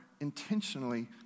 intentionally